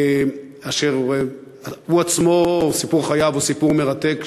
אשר הוא עצמו, סיפור חייו הוא סיפור מרתק.